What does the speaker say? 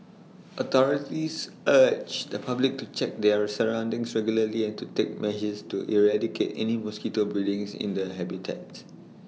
authorities urge the public to check their A surroundings regularly and to take measures to eradicate any mosquito breeding's in the habitats